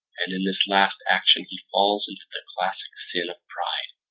and in this last action he falls into the classic sin of pride.